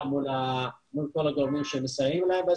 גם מול הגורמים שמסייעים להם.